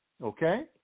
Okay